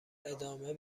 ادامه